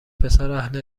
پسراهل